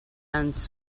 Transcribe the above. ens